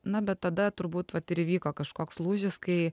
na bet tada turbūt vat ir įvyko kažkoks lūžis kai